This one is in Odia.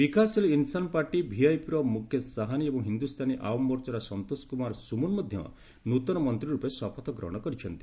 ବିକାଶଶୀଲ ଇନସାନ୍ ପାର୍ଟି ଭିଆଇପିର ମୁକେଶ ସାହାନୀ ଏବଂ ହିନ୍ଦୁସ୍ଥାନୀ ଆୱାମ୍ ମୋର୍ଚ୍ଚାର ସନ୍ତୋଷ କୁମାର ସୁମନ୍ ମଧ୍ୟ ନୂତନ ମନ୍ତ୍ରୀରୂପେ ଶପଥ ଗ୍ରହଣ କରିଛନ୍ତି